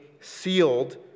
sealed